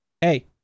hey